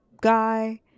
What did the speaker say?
guy